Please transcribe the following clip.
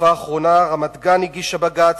בתקופה האחרונה רמת-גן הגישה בג"ץ,